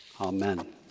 Amen